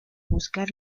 buscar